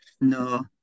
No